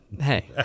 Hey